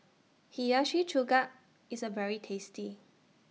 Hiyashi Chuka IS A very tasty